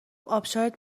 آبشارت